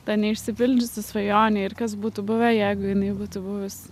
ta neišsipildžiusi svajonė ir kas būtų buvę jeigu jinai būtų buvus